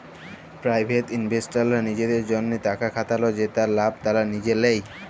private ইলভেস্টাররা লিজেদের জ্যনহে টাকা খাটাল যেটর লাভ তারা লিজে লেই